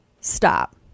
Stop